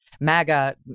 MAGA